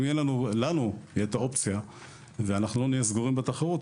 אם תהיה לנו את האופציה ואנחנו לא נהיה סגורים מבחינת התחרות,